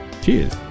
Cheers